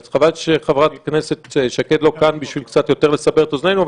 אז חבל שחברת הכנסת שקד לא כאן בשביל קצת יותר לסבר את אוזנינו,